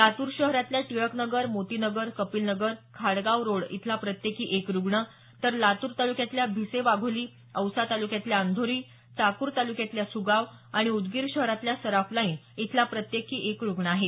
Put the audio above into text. लातूर शहरातल्या टिळक नगर मोती नगर कपिल नगर खाडगाव रोड इथला प्रत्येकी एक रुग्ण तर लातूर तालुक्यातल्या भिसे वाघोली औसा तालुक्यातल्या अंधोरी चाकूर तालुक्यातल्या सुगाव आणि उदगीर शहरातल्या सराफ लाईन इथला प्रत्येकी एक रुग्ण आहे